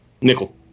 Nickel